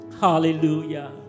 Hallelujah